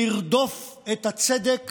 במקום לרדוף את הצדק